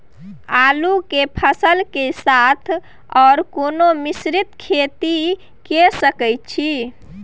आलू के फसल के साथ आर कोनो मिश्रित खेती के सकैछि?